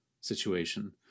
situation